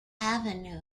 avenue